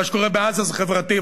מה שקורה בעזה זה חברתי,